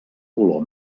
color